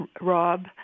Rob